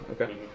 Okay